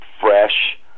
fresh